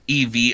EV